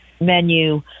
menu